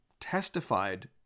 testified